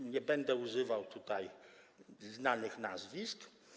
Już nie będę używał tutaj znanych nazwisk.